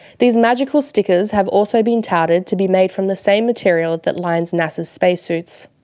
these magical stickers have also been touted to be made from the same material that lines nasa's spacesuits.